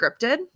scripted